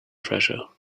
treasure